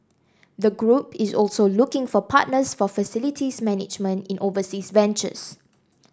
the group is also looking for partners for facilities management in overseas ventures